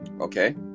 Okay